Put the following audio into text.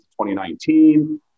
2019